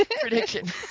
prediction